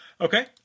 okay